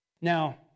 Now